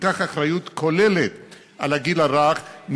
שתיקח אחריות כוללת לגיל הרך,